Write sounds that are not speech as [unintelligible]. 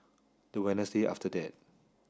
the [unintelligible] after that